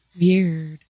Weird